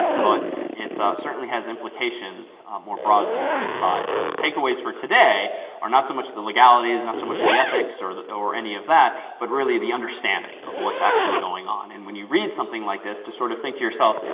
but it certainly has implications more broadly for society. but the takeaways for today are not so much the legalities, not so much the ethics, or any of that, but really the understanding of what's actually going on. and when you read something like this to sort of think to yourself,